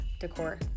decor